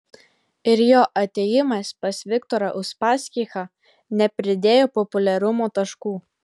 ir jo atėjimas pas viktorą uspaskichą nepridėjo populiarumo taškų